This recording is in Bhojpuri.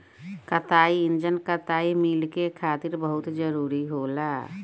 कताई इंजन कताई मिल खातिर बहुत जरूरी होला